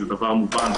זה דבר מובן,